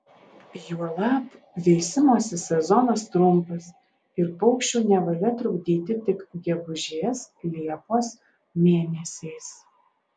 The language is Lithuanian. juolab veisimosi sezonas trumpas ir paukščių nevalia trukdyti tik gegužės liepos mėnesiais